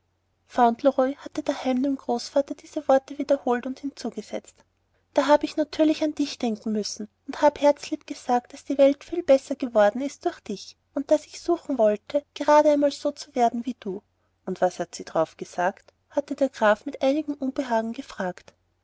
hatte daheim dem großvater diese worte wiederholt und hinzugesetzt da hab ich natürlich an dich denken müssen und habe herzlieb gesagt daß die welt viel besser geworden sei durch dich und daß ich suchen wolle einmal gerade so zu werden wie du und was hat sie darauf gesagt hatte der graf mit einigem unbehagen gefragt